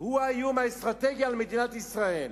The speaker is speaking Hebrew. היא האיום האסטרטגי על מדינת ישראל,